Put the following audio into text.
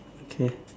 okay